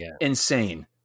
insane